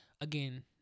again